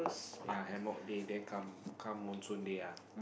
ya hammock day then come come monsoon day ah